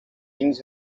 things